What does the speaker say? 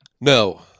No